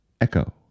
echo